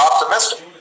optimistic